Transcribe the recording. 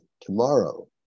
tomorrow